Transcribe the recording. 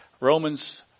Romans